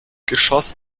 geschoss